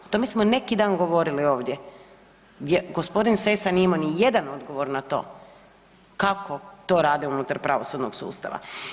O tome smo neki dan govorili ovdje gdje gospodin Sessa nije imao niti jedan odgovor na to kako to rade unutar pravosudnog sustava.